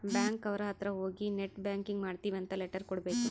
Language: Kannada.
ಬ್ಯಾಂಕ್ ಅವ್ರ ಅತ್ರ ಹೋಗಿ ನೆಟ್ ಬ್ಯಾಂಕಿಂಗ್ ಮಾಡ್ತೀವಿ ಅಂತ ಲೆಟರ್ ಕೊಡ್ಬೇಕು